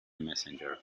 messenger